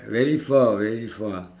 very far very far